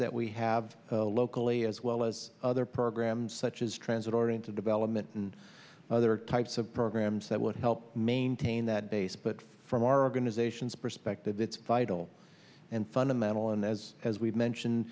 that we have locally as well as other programs such as transit oriented development and there are types of programs that would help maintain that base but from our organization's perspective it's vital and fundamental and as as we've mentioned